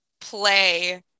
play